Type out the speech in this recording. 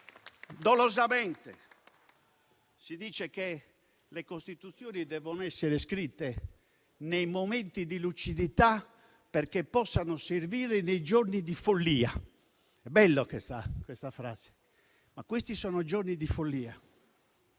dolosamente. Si dice che le Costituzioni devono essere scritte nei momenti di lucidità perché possano servire nei giorni di follia. Questa frase è bella, ma questi sono giorni di follia